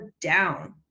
down